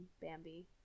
Bambi